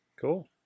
Cool